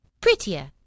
prettier